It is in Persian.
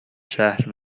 شهر